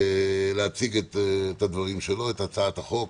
להציע את הצעת החוק.